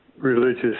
Religious